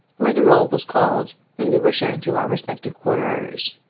where the roll was called, and we were shown to our respective quarters.